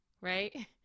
right